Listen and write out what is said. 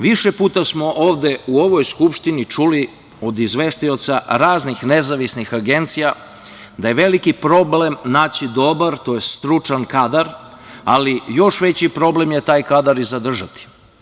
Više puta smo ovde u ovoj Skupštini čuli od izvestioca raznih nezavisnih agencija da je veliki problem naći dobar, tj. stručan kadar, ali još veći problem je taj kadar i zadržati.